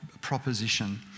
proposition